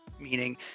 Meaning